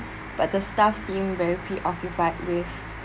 but the staff seemed very preoccupied with